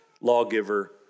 lawgiver